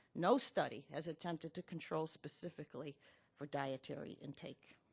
no study has attempted to control specifically for dietary intake.